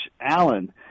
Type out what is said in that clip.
Allen